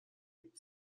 محیط